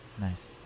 Nice